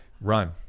Run